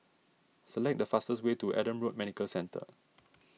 select the fastest way to Adam Road Medical Centre